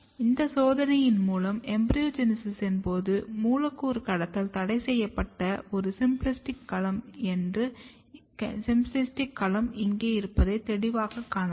இந்த சோதனையின் மூலம் எம்பிரியோஜெனிசிஸ்ஸின் போது மூலக்கூறு கடத்தல் தடைசெய்யப்பட்ட ஒரு சிம்பிளாஸ்டிக் களம் இங்கே இருப்பதை தெளிவாகக் காணலாம்